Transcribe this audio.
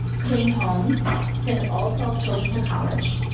cleaned homes, sent all twelve children to college,